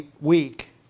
week